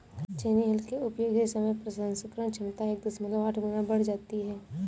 छेनी हल के उपयोग से समय प्रसंस्करण क्षमता एक दशमलव आठ गुना बढ़ जाती है